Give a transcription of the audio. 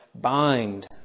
bind